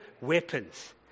weapons